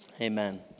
amen